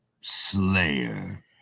slayer